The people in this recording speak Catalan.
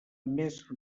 més